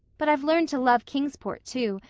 but i've learned to love kingsport, too,